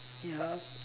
ya